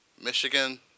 Michigan